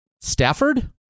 Stafford